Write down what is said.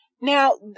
Now